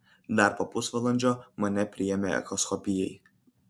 dar po pusvalandžio mane priėmė echoskopijai